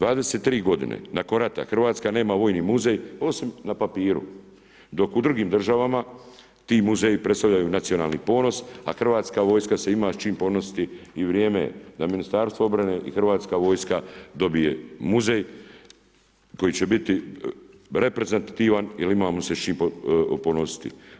23 godine nakon rata, Hrvatska nema vojni muzej osim na papiru dok u drugim državama ti muzeji predstavljaju nacionalni ponos a hrvatska vojska se ima s čime ponositi i vrijeme je da Ministarstvo obrane i hrvatska vojska dobije muzej koji će biti reprezentativan jer imamo se s čime ponositi.